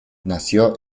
nació